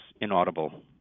inaudible